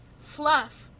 fluff